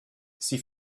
sie